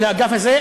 של האגף הזה,